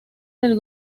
del